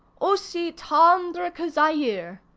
aussi tendre que zaire.